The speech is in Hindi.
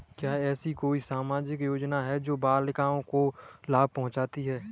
क्या ऐसी कोई सामाजिक योजनाएँ हैं जो बालिकाओं को लाभ पहुँचाती हैं?